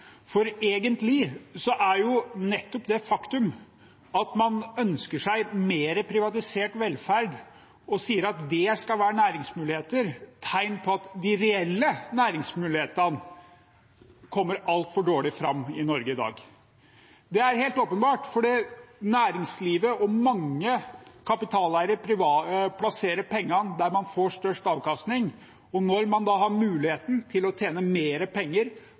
for egentlig er nettopp det faktum at man ønsker seg mer privatisert velferd og sier at det skal være næringsmuligheter, et tegn på at de reelle næringsmulighetene kommer altfor dårlig fram i Norge i dag. Det er helt åpenbart, for næringslivet og mange kapitaleiere plasserer pengene der de får størst avkastning, og når man da har muligheten til å tjene mer penger